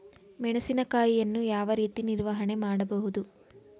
ಮೆಣಸಿನಕಾಯಿಯನ್ನು ಯಾವ ರೀತಿ ನಿರ್ವಹಣೆ ಮಾಡಬಹುದು?